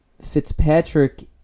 Fitzpatrick